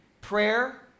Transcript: prayer